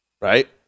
right